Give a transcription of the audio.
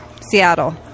seattle